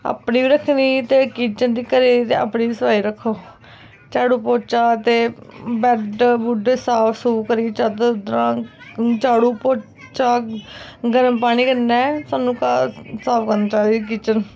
अपनी बी रक्खनी ते किचन घरै ते अपनी बी सफाई रक्खो झाड़ू पौचा ते बैड्ड बूड्ड साफ चादर झाड़ू पौचा गर्म पानी कन्नै सानू घर साफ करनी चाहिदी किचन